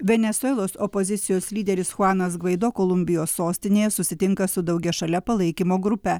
venesuelos opozicijos lyderis chuanas gvaido kolumbijos sostinėje susitinka su daugiašale palaikymo grupe